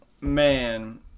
man